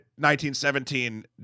1917